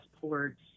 ports